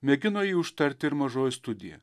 mėgino jį užtarti ir mažoji studija